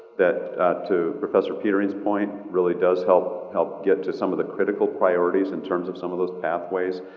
that to professor petering's point, really does help help get to some of the critical priorities in terms of some of those pathways.